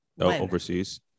overseas